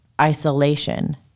isolation